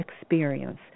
experience